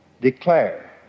declare